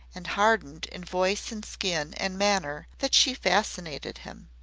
and hardened in voice and skin and manner that she fascinated him.